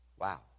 Wow